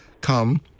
come